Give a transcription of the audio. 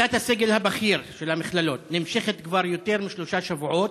שביתת הסגל הבכיר של המכללות נמשכת כבר יותר משלושה שבועות,